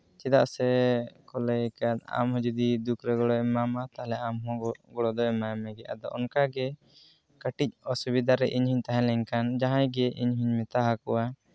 ᱪᱮᱫᱟᱜ ᱥᱮ ᱠᱚ ᱞᱟᱹᱭ ᱟᱠᱟᱫ ᱟᱢ ᱦᱚᱸ ᱡᱩᱫᱤ ᱫᱩᱠᱨᱮ ᱜᱚᱲᱚᱭ ᱮᱢᱟᱢᱟ ᱛᱟᱦᱚᱞᱮ ᱟᱢ ᱦᱚᱸ ᱜᱚᱲᱚ ᱫᱚ ᱮᱢᱟᱭ ᱢᱮᱜᱮ ᱟᱫᱚ ᱚᱱᱠᱟᱜᱮ ᱠᱟᱹᱴᱤᱡ ᱚᱥᱩᱵᱤᱫᱷᱟᱨᱮ ᱤᱧ ᱦᱚᱧ ᱛᱟᱦᱮᱸ ᱞᱮᱱᱠᱷᱟᱱ ᱡᱟᱦᱟᱸᱭ ᱜᱮ ᱤᱧ ᱦᱚᱧ ᱢᱮᱛᱟ ᱟᱠᱚᱣᱟ